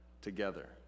together